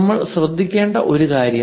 നമ്മൾ ശ്രദ്ധിക്കേണ്ട ഒരു കാര്യം